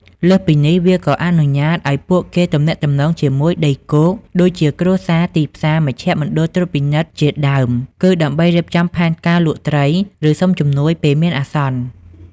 លើសពីនេះ វាក៏អនុញ្ញាតឲ្យពួកគេទំនាក់ទំនងជាមួយដីគោក ដូចជាគ្រួសារ ទីផ្សារ មជ្ឈមណ្ឌលត្រួតពិនិត្យជាដើម គឺដើម្បីរៀបចំផែនការលក់ត្រី ឬសុំជំនួយពេលមានអាសន្ន។